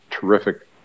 terrific